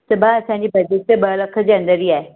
त भाउ असांजी बजेट ॿ लख जे अंदरि ई आहे